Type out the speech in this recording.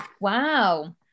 Wow